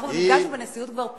נפגשנו בנשיאות כבר פעמיים.